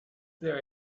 there